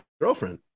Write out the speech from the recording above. girlfriend